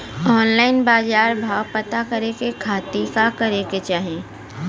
Online बाजार भाव पता करे के खाती का करे के चाही?